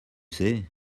sais